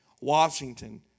Washington